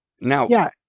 Now